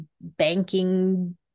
banking